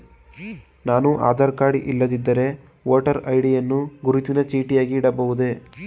ನಾನು ಆಧಾರ ಕಾರ್ಡ್ ಇಲ್ಲದಿದ್ದರೆ voter ID ಯನ್ನು ಗುರುತಿನ ಚೀಟಿಯಾಗಿ ನೀಡಬಹುದೇ?